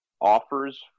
offers